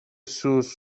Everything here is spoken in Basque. sous